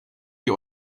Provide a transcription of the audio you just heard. die